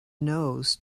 nose